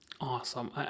Awesome